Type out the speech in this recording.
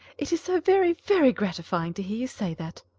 it is so very, very gratifying to hear you say that.